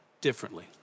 differently